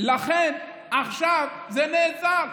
לכן עכשיו זה נעצר.